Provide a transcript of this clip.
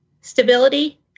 stability